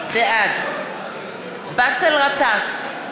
בעד באסל גטאס,